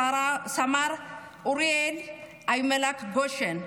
סמ"ר אוריה איימלק גושן,